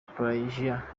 pelajiya